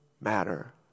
matter